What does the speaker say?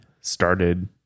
started